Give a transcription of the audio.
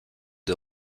the